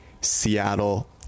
seattle